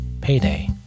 Payday